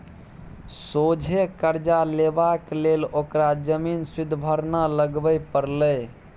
सोझे करजा लेबाक लेल ओकरा जमीन सुदभरना लगबे परलै